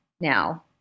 now